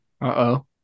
Uh-oh